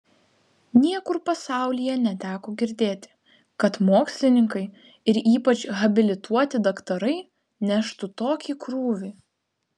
niekur pasaulyje neteko girdėti kad mokslininkai ir ypač habilituoti daktarai neštų tokį krūvį